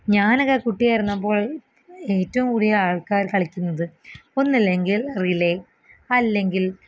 ഞാനൊക്കെ കുട്ടിയായിരുന്നപ്പോള് ഏറ്റവും കുടുതൽ ആള്ക്കാര് കളിക്കുന്നത് ഒന്നല്ലെങ്കില് റിലെ അല്ലെങ്കില്